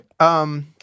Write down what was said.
Okay